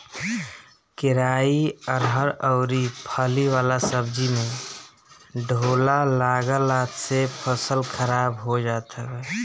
केराई, अरहर अउरी फली वाला सब्जी में ढोला लागला से फसल खराब हो जात हवे